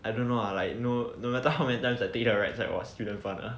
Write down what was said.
I don't know lah like no no matter how many times I took that ride side still damn fun uh